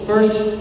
First